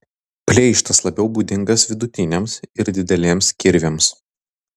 pleištas labiau būdingas vidutiniams ir dideliems kirviams